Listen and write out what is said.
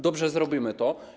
Dobrze, zrobimy to.